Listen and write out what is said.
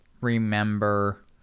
remember